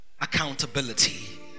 accountability